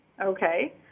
okay